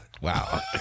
Wow